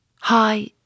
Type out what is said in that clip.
Hi